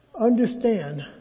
understand